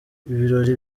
ibirori